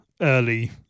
early